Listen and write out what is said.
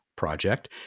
project